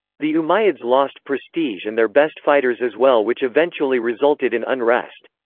the umayyads lost prestige and their best fighters as well which eventually resulted in unrest.